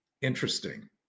Interesting